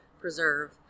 Preserve